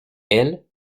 elles